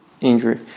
injury